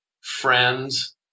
friends